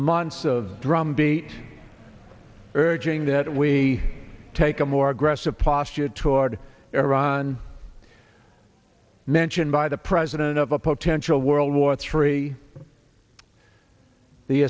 months of drumbeat urging that we take a more aggressive posture toward iran mentioned by the president of a potential world war three the